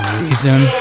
reason